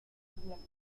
siguiente